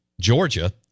Georgia